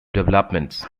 developments